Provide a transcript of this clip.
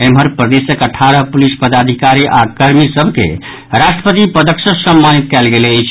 एम्हर प्रदेशक अठारह पुलिस पदाधिकरी आओर कर्मी सभ के राष्ट्रपति पदक सँ सम्मानित कयल गेल अछि